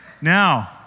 Now